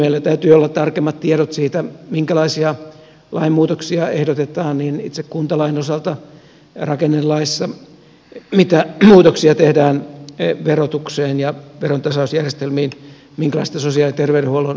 meillä täytyy olla tarkemmat tiedot siitä minkälaisia lainmuutoksia ehdotetaan itse kuntalain osalta rakennelaissa mitä muutoksia tehdään verotukseen ja veron tasausjärjestelmiin minkälaista sosiaali ja terveydenhuollon palvelujärjestelmää